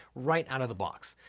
right out of the box.